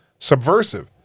Subversive